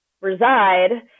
reside